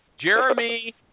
Jeremy